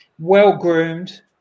well-groomed